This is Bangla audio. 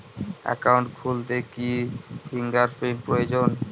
একাউন্ট খুলতে কি ফিঙ্গার প্রিন্ট প্রয়োজন?